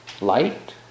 light